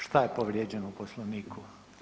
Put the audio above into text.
Šta je povrijeđeno u Poslovniku?